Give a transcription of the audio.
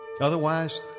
Otherwise